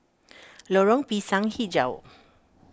Lorong Pisang HiJau